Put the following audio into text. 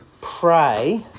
pray